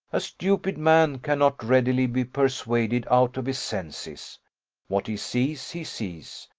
a stupid man cannot readily be persuaded out of his senses what he sees he sees,